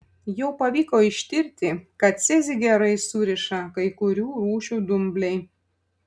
jau pavyko ištirti kad cezį gerai suriša kai kurių rūšių dumbliai